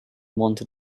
wanted